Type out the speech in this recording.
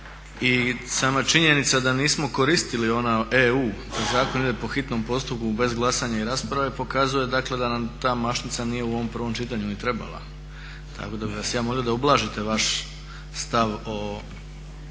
I sama činjenica da nismo koristili ono EU da zakon ide po hitnom postupku bez glasanja i rasprave pokazuje da nam ta mašnica nije u ovom prvom čitanju ni trebala, tako da bi vas ja molio da ublažite vaš stav o